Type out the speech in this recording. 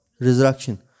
resurrection